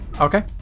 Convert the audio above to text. Okay